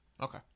Okay